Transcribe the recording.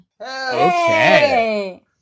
Okay